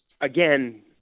again